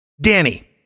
Danny